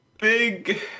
Big